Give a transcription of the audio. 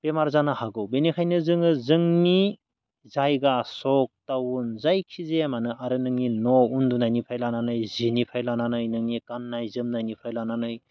बेमार जानो हागौ बेनिखायनो जोङो जोंनि जायगा सख टाउन जायखिजाया मानो आरो नोंनि न'आव उन्दुनिफ्राय लानानै जिनिफ्राय लानानै नोंनि गाननाय जोमनायनिफ्राय लानानै